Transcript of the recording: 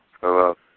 Hello